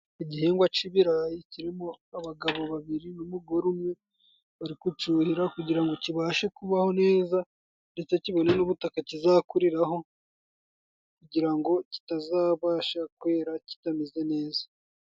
Igihingwa c'ibirayi kirimo abagabo babiri n'umugore umwe bari kucuhira kugira ngo kibashe kubaho neza, ndetse kibone n' ubutaka kizakuriraho kugira ngo kitazabasha kwera kitameze neza.